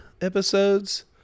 episodes